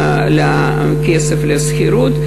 הכסף לשכירות.